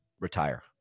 retire